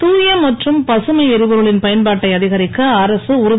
தூய மற்றும் பசுமை எரிபொருளின் பயன்பாட்டை அதிகரிக்க அரசு உறுதி